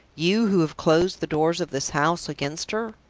you who have closed the doors of this house against her!